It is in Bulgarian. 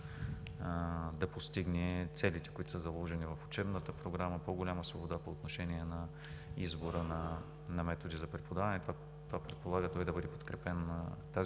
да постигне целите, които са заложени в учебната програма, по-голяма свобода по отношение на избора на методите за преподаване. Това предполага той да бъде подкрепен, тази